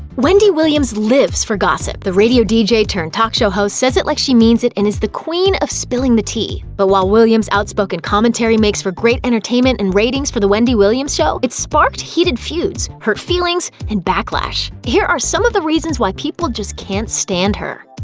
wendy williams lives for gossip. the radio dj-turned-talk show host says it like she means it and is the queen of spilling the tea. but while williams' outspoken commentary makes for great entertainment and ratings for the wendy williams show, it's sparked heated feuds, hurt feelings, and backlash. here are some of the reasons why people just can't stand her.